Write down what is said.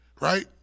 right